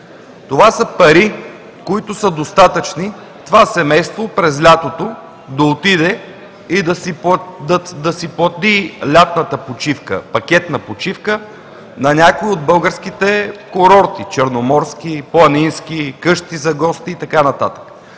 Това са пари, които са достатъчни това семейство през лятото да отиде и да си плати лятната пакетна почивка на някой от българските курорти – черноморски, планински, къщи за гости и така нататък.